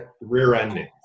rear-ending